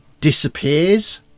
Disappears